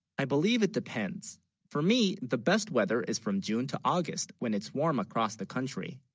i believe it depends for me the best weather is from june to august, when it's warm across the country